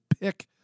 pick